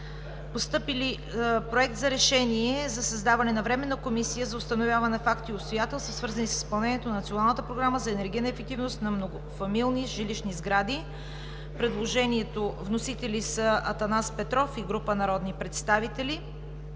политика; - Проект за решение за създаване на временна комисия за установяване факти и обстоятелства, свързани с изпълнението на Националната програма за енергийна ефективност на многофамилни жилищни сгради. Вносители са Атанас Петров и група народни представители;